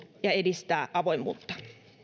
ja edistää avoimuutta